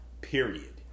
period